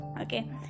Okay